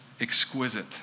exquisite